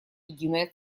единое